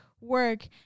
work